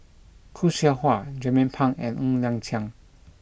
Khoo Seow Hwa Jernnine Pang and Ng Liang Chiang